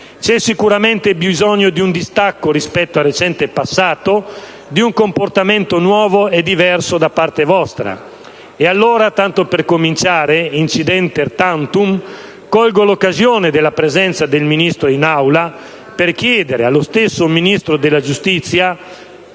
C'è sicuramente bisogno di un distacco rispetto al recente passato, di un comportamento nuovo e diverso da parte vostra. E allora, tanto per cominciare, *incidenter tantum*, colgo l'occasione della presenza del Ministro in Aula per chiedere allo stesso Ministro della giustizia